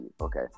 Okay